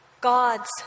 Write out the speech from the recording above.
God's